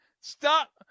Stop